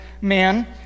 man